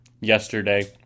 yesterday